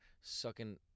Sucking